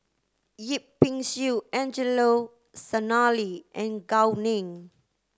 Yip Pin Xiu Angelo Sanelli and Gao Ning